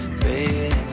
baby